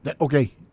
okay